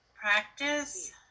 practice